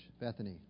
Bethany